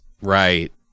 Right